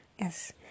Yes